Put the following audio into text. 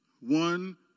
one